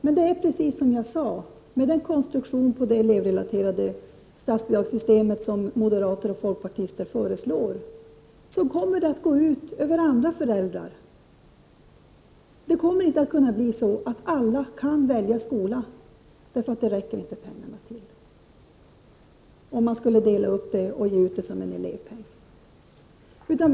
Men med konstruktionen på det elevrelaterade statsbidragssystem som moderaterna och folkpartiet föreslår kommer andra föräldrar att drabbas. Alla kommer inte att kunna välja skola för sina barn. Pengarna räcker helt enkelt inte till för det, om man skulle dela upp det och ge ut det som en elevpeng.